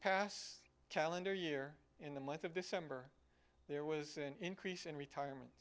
pass calendar year in the month of december there was an increase in retirement